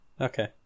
Okay